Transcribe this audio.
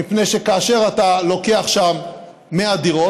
מפני שכאשר אתה לוקח שם 100 דירות,